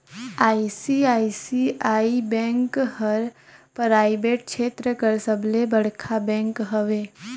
ICICI bank हर private छेत्र कर सबले बड़खा बेंक हवे